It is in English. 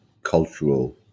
cultural